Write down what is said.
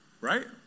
Right